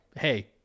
Hey